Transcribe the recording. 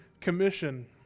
commission